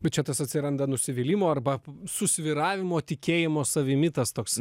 nu čia tas atsiranda nusivylimo arba susvyravimo tikėjimo savimi tas toksai